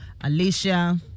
Alicia